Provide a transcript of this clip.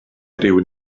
rywun